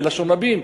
בלשון רבים,